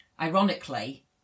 ironically